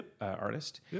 artist